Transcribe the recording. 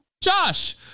Josh